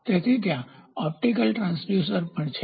તેથી ત્યાં optical transducers પણ છે